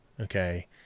Okay